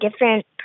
different